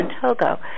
Togo